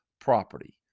property